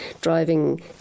driving